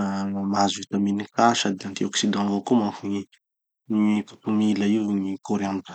ah mahazo vitaminy K sady anti-oxident avao koa manko gny gny kotomila io gny coriandre.